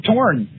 Torn